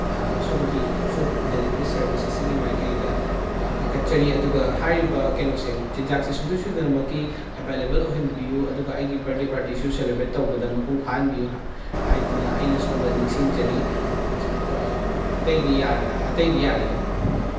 ꯁꯣꯝꯒꯤ food delivery service ꯑꯁꯤꯒꯤ ꯃꯥꯏꯀꯩꯗ ꯍꯪꯒꯠꯆꯔꯤ ꯑꯗꯨꯒ ꯍꯥꯏꯔꯤꯕ ꯀꯩꯅꯣꯁꯦ ꯆꯤꯟꯖꯥꯛꯁꯦ ꯁꯨꯡꯁꯣꯏ ꯁꯣꯏꯗꯅꯃꯛꯀꯤ ꯑꯦꯕꯥꯏꯂꯦꯕꯜ ꯑꯣꯏꯍꯟꯕꯤꯌꯨ ꯑꯗꯨꯒ ꯑꯩꯒꯤ ꯕꯥꯔꯗꯦ ꯄꯥꯔꯇꯤꯁꯨ ꯁꯦꯂꯦꯕ꯭ꯔꯦꯠ ꯇꯧꯕꯗ ꯃꯄꯨꯡ ꯐꯥꯍꯟꯕꯤꯌꯨ ꯍꯥꯏꯗꯅ ꯑꯩꯅ ꯁꯣꯝꯗ ꯅꯤꯡꯁꯤꯡꯖꯔꯤ ꯑꯗꯨꯒ ꯑꯇꯩꯗꯤ ꯌꯥꯔꯦ ꯑꯇꯩꯗꯤ ꯌꯥꯔꯦ ꯑꯗꯨꯝ